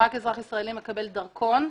רק אזרח ישראלי מקבל דרכון.